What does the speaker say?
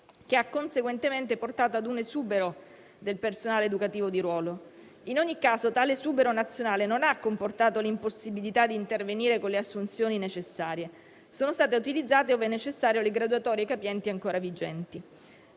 che ha conseguentemente portato ad un esubero del personale educativo di ruolo. In ogni caso tale esubero nazionale non ha comportato l'impossibilità di intervenire con le assunzioni necessarie. Sono state utilizzate, ove necessario, le graduatorie capienti ancora vigenti.